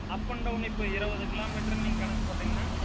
up and down இப்ப இருவது kilo மீட்டர்னு நீங்கள் கணக்கு போட்டீங்கன்னால்